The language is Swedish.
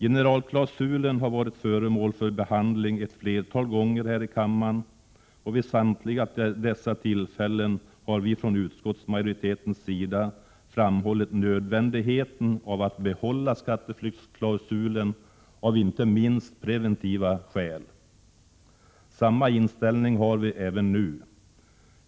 Generalklausulen har varit föremål för behandling ett flertal gånger här i kammaren. Vid samtliga tillfällen har utskottsmajoriteten framhållit nödvändigheten av att behålla skatteflyktsklausulen, inte minst av preventiva skäl. Vi har samma inställning även nu.